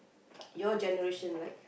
your generation like